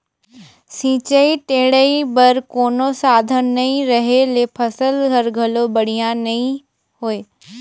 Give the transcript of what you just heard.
सिंचई टेड़ई बर कोनो साधन नई रहें ले फसल हर घलो बड़िहा नई होय